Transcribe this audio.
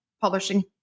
publishing